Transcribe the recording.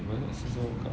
but